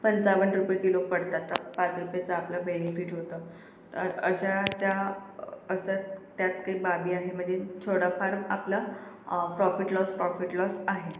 पंचावन्न रुपये किलो पडतात तर पाच रुपयांचं आपलं बेनिफिट होतं तर अशा त्या असतात त्यात काही बाबी आहे म्हणजे थोडंफार आपलं प्रॉफिट लॉस प्रॉफिट लॉस आहे